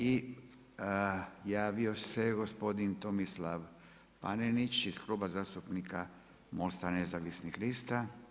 I javio se gospodin Tomislav Panenić iz Kluba zastupnika MOST-a Nezavisnih lista.